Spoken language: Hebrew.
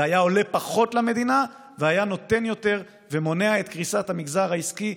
זה היה עולה פחות למדינה והיה נותן יותר ומונע את קריסת המגזר העסקי.